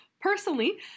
personally